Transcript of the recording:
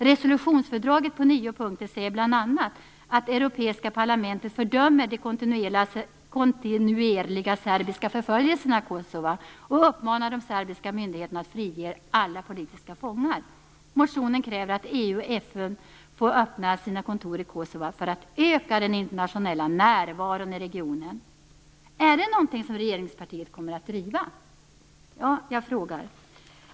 Resolutionsfördraget på nio punkter säger bl.a. att det europeiska parlamentet fördömer de kontinuerliga serbiska förföljelserna i Kosova och uppmanar de serbiska myndigheterna att frige alla politiska fångar. Motionen kräver att EU och FN får öppna sina kontor i Kosova för att öka den internationella närvaron i regionen. Är detta någonting som regeringspartiet kommer att driva? Jag bara frågar.